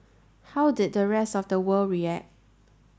how did the rest of the world react